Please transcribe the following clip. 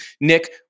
Nick